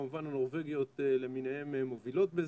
כמובן הנורבגיות למיניהן מובילות בזה.